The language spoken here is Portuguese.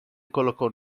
colocou